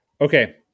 Okay